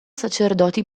sacerdoti